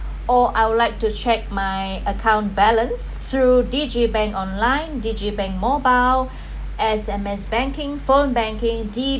or I would like to check my account balance through digibank online digibank mobile S_M_S banking phone banking